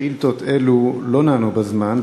שאילתות אלו לא נענו בזמן,